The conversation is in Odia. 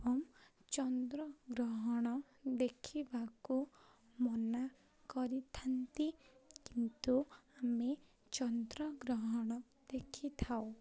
ଏବଂ ଚନ୍ଦ୍ରଗ୍ରହଣ ଦେଖିବାକୁ ମନା କରିଥାନ୍ତି କିନ୍ତୁ ଆମେ ଚନ୍ଦ୍ରଗ୍ରହଣ ଦେଖିଥାଉ